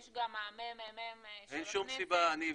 יש גם מהממ"מ של הכנסת.